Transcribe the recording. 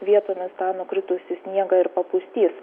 vietomis tą nukritusį sniegą ir papustys